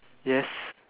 yes